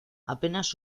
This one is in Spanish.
apenas